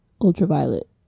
ultraviolet